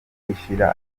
ishira